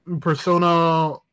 Persona